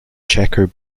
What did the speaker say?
checker